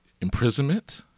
imprisonment